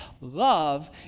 Love